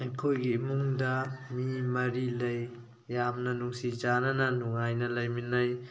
ꯑꯩꯈꯣꯏꯒꯤ ꯏꯃꯨꯡꯗ ꯃꯤ ꯃꯔꯤ ꯂꯩ ꯌꯥꯝꯅ ꯅꯨꯡꯁꯤ ꯆꯥꯟꯅꯅ ꯅꯨꯡꯉꯥꯏꯅ ꯂꯩꯃꯤꯟꯅꯩ